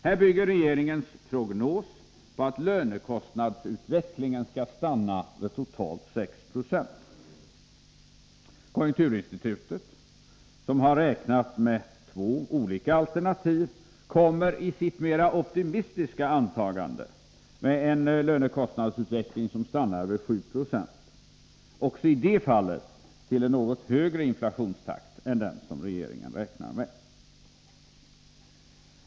Här bygger regeringens prognos på att lönekostnadsutvecklingen skall stanna vid totalt 6 26. Konjunkturinstitutet har räknat med två alternativ, och man kommer också i det mera optimistiska antagandet, det med en lönekostnadsutveckling som stannar vid 7 96, till en något högre inflationstakt än den som regeringen räknar med.